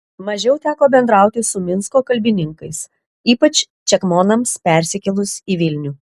mažiau teko bendrauti su minsko kalbininkais ypač čekmonams persikėlus į vilnių